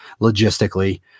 logistically